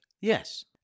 yes